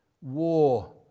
war